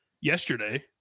yesterday